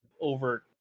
over